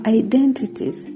identities